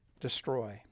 destroy